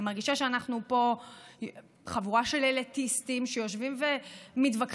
אני מרגישה שאנחנו פה חבורה של אליטיסטים שיושבים ומתווכחים